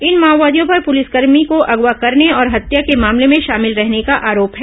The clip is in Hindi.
इन माओवादियों पर पुलिसकर्मी को अगवा करने और हत्या के मामले में शामिल रहने का आरोप है